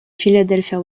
philadelphia